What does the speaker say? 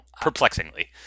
perplexingly